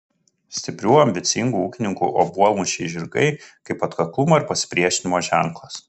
stiprių ambicingų ūkininkų obuolmušiai žirgai kaip atkaklumo ir pasipriešinimo ženklas